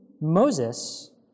Moses